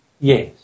Yes